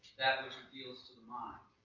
that which reveals to the mind.